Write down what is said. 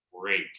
great